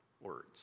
words